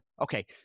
Okay